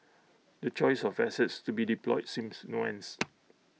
the choice of assets to be deployed seems nuanced